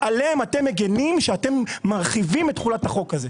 עליהם אתם מגנים כשאתם מרחיבים את תחולת החוק הזה.